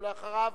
אחריו,